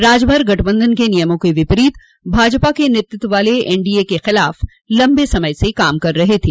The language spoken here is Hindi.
राजभर गठबंधन के नियमों के विपरीत भाजपा के नेतृत्व वाले एनडीए के खिलाफ लम्बे समय से काम कर रहे थे